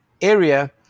area